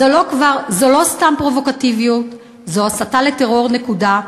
זו לא סתם פרובוקטיביות, זו הסתה לטרור, נקודה.